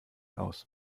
aus